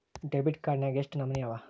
Debit card ನ್ಯಾಗ್ ಯೆಷ್ಟ್ ನಮನಿ ಅವ?